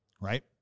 Right